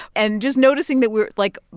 and just noticing that we're like,